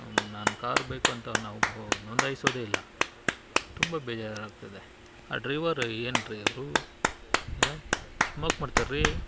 ನಾನು ಕಾರು ಬೇಕು ಅಂತ ನಾವು ಬ ನೋಂದಾಯಿಸೋದೇ ಇಲ್ಲ ತುಂಬ ಬೇಜಾರಾಗ್ತಿದೆ ಆ ಡ್ರೈವರು ಏನ್ರೀ ಅವರು ಸ್ಮೋಕ್ ಮಾಡ್ತಾರ್ರೀ